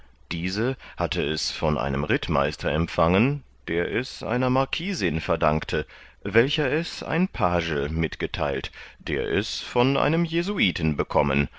diese hatte es von einem rittmeister empfangen der es einer marquisin verdankte welcher es an page mitgetheilt der es von einem jesuiten bekommen